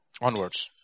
Onwards